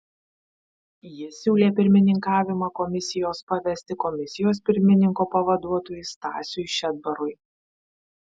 jis siūlė pirmininkavimą komisijos pavesti komisijos pirmininko pavaduotojui stasiui šedbarui